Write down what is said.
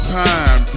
time